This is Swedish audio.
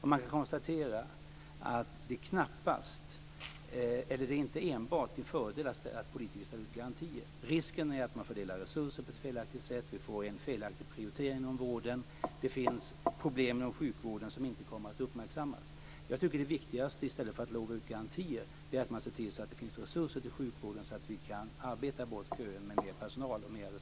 Man kan konstatera att det inte enbart är till fördel att politiker ställer ut garantier. Risken är att man fördelar resurser på ett felaktigt sätt. Vi får en felaktig prioritering inom vården. Det finns problem inom sjukvården som inte kommer att uppmärksammas. I stället för att lova ut garantier tycker jag att det viktigaste är att man ser till att det finns resurser till sjukvården så att vi kan arbeta bort köer med mer personal och mer resurser.